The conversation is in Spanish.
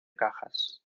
cajas